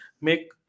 make